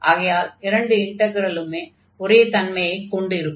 ஆகையால் இரண்டு இன்டக்ரலுமே ஒரே தன்மையைக் கொண்டிருக்கும்